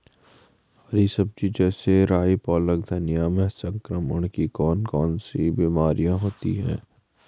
हरी सब्जी जैसे राई पालक धनिया में संक्रमण की कौन कौन सी बीमारियां होती हैं?